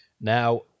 Now